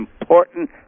important